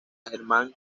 germán